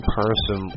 person